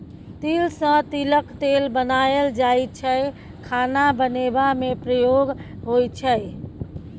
तिल सँ तिलक तेल बनाएल जाइ छै खाना बनेबा मे प्रयोग होइ छै